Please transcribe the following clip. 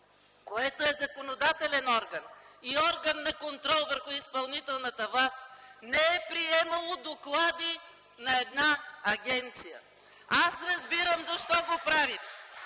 което е законодателен орган и орган на контрол върху изпълнителната власт, не е приемало доклади на една агенция. (Ръкопляскания